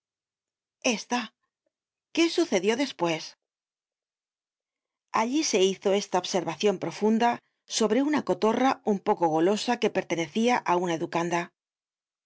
resta qué sucedió después allí se hizo esta observacion profunda sobre una cotorra un poco go losa que pertenecia á una educanda es